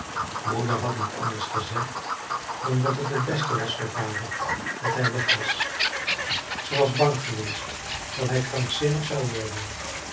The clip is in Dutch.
moeder had niet anders gezegd dan dat het t beste was voor vader dat hij weg was zij was bang geweest dat hij krankzinnig zou worden